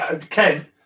Ken